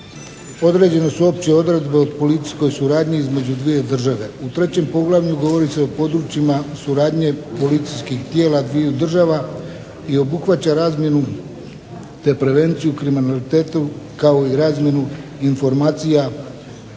određene su opće odredbe o policijskoj suradnji između dvije države. U trećem poglavlju govori se o područjima suradnje policijskih tijela dviju država i obuhvaća razmjenu, te prevenciju kriminaliteta kao i razmjenu informacija